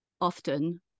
often